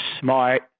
smart